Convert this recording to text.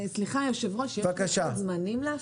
יש לוחות זמנים להפרטה?